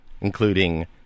including